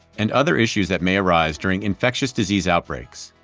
and other issues that may arise during infectious disease outbreaks.